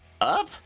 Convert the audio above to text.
up